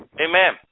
Amen